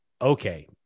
okay